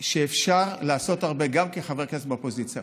שאפשר לעשות הרבה גם כחבר כנסת באופוזיציה.